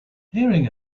hearing